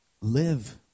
live